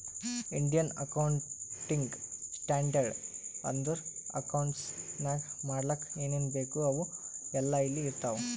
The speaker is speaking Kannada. ಇಂಡಿಯನ್ ಅಕೌಂಟಿಂಗ್ ಸ್ಟ್ಯಾಂಡರ್ಡ್ ಅಂದುರ್ ಅಕೌಂಟ್ಸ್ ನಾಗ್ ಮಾಡ್ಲಕ್ ಏನೇನ್ ಬೇಕು ಅವು ಎಲ್ಲಾ ಇಲ್ಲಿ ಇರ್ತಾವ